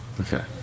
Okay